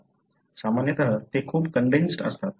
सामान्यतः ते खूप कंडेन्सड असतात